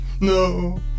No